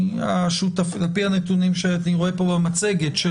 על פי הנתונים שאני רואה פה במצגת,